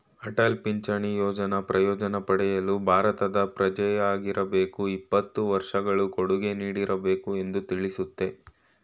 ಅಟಲ್ ಪಿಂಚಣಿ ಯೋಜ್ನ ಪ್ರಯೋಜ್ನ ಪಡೆಯಲು ಭಾರತದ ಪ್ರಜೆಯಾಗಿರಬೇಕು ಇಪ್ಪತ್ತು ವರ್ಷಗಳು ಕೊಡುಗೆ ನೀಡಿರಬೇಕು ಎಂದು ತಿಳಿಸುತ್ತೆ